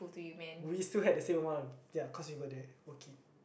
we still had the same amount ya cause we were there working